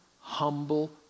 humble